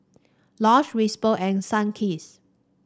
Lush Whisper and Sunkist